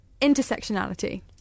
intersectionality